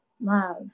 love